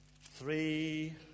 three